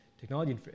technology